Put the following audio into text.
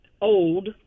old